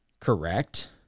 correct